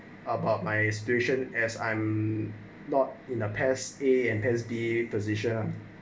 about my situation as I'm not in the S_B position